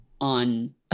on